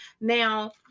Now